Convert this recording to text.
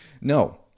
No